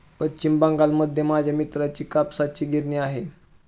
पश्चिम बंगालमध्ये माझ्या मित्राची कापसाची गिरणी आहे